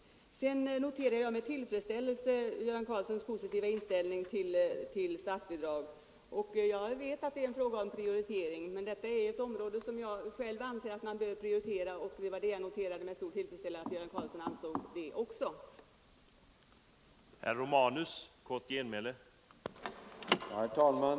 Sedan noterar jag med tillfredsställelse herr Göran Karlssons positiva inställning till statsbidrag. Jag vet att det är en fråga om prioritering. Men detta är ett område som jag själv anser att man bör prioritera, och jag noterade alltså med stor tillfredsställelse att Göran Karlsson också ansåg det.